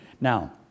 Now